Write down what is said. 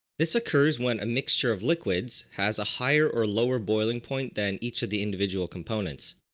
this occurs when a mixture of liquids has a higher or lower boiling point, than each of the individual components.